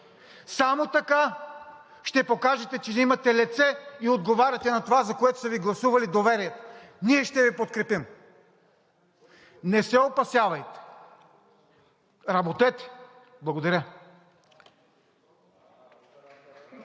Само така ще покажете, че имате лице и отговаряте на това, за което са Ви гласували доверие. Ние ще Ви подкрепим! Не се опасявайте, работете! Благодаря.